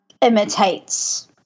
imitates